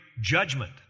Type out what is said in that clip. judgment